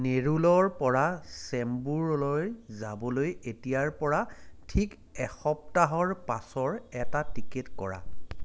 নেৰুলৰ পৰা চেম্বুৰলৈ যাবলৈ এতিয়াৰ পৰা ঠিক এসপ্তাহৰ পাছৰ এটা টিকেট কৰা